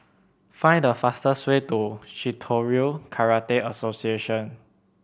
find the fastest way to Shitoryu Karate Association